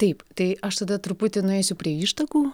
taip tai aš tada truputį nueisiu prie ištakų